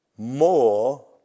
More